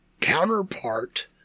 counterpart